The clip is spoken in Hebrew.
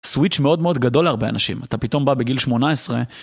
סוויץ' מאוד מאוד גדול להרבה אנשים, אתה פתאום בא בגיל שמונה עשרה.